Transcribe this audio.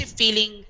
feeling